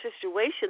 situation